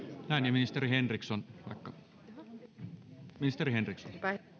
ministeri henriksson vaikka ministeri henriksson